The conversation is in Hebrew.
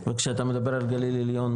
וכשאתה מדבר על גליל עליון,